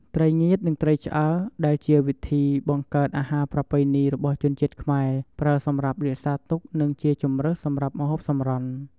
ត្រីងៀត និង ត្រីឆ្អើរ ដែលជាវិធីបង្កើតអាហារប្រពៃណីរបស់ជនជាតិខ្មែរ ប្រើសម្រាប់រក្សាទុក និងជាជម្រើសសម្រាប់ម្ហូបសម្រន់។